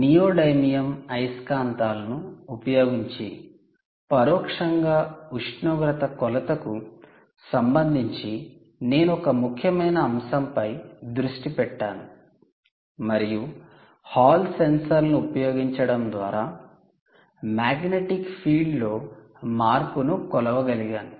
'neodymium అయస్కాంతాలను' 'neodymium magnets' ఉపయోగించి పరోక్షంగా ఉష్ణోగ్రత కొలతకు సంబంధించి నేను ఒక ముఖ్యమైన అంశంపై దృష్టి పెట్టాను మరియు హాల్ సెన్సార్లను ఉపయోగించడం ద్వారా మాగ్నెటిక్ ఫీల్డ్ లో మార్పును కొలవగలిగాను